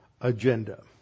agenda